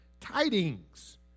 Tidings